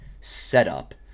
setup